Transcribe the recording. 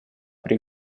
при